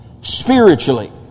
spiritually